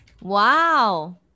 Wow